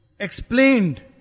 Explained